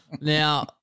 Now